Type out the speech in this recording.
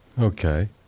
Okay